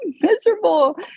miserable